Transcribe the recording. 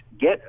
get